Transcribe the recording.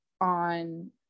on